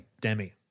Demi